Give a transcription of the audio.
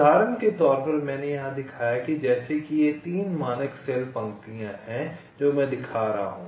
उदाहरण के तौर पर मैंने यहाँ दिखाया है जैसे कि ये तीन मानक सेल पंक्तियाँ हैं जो मैं दिखा रहा हूँ